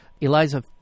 Eliza